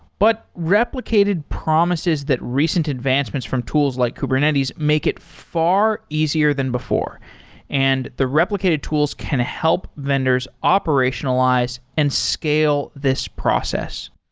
but replicated promises that recent advancement from tools like kubernetes make it far easier than before and the replicated tools can help vendors operationalize and scale this process.